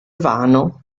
vano